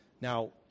Now